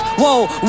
whoa